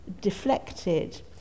deflected